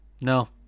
no